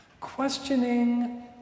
questioning